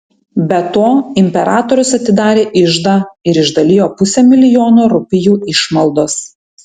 be to imperatorius atidarė iždą ir išdalijo pusę milijono rupijų išmaldos